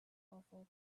awful